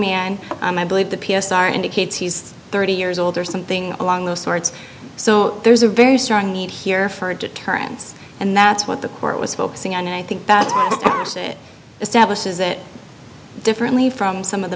man i believe the p s r indicates he's thirty years old or something along those sorts so there's a very strong need here for a deterrence and that's what the court was focusing on and i think it establishes it differently from some of the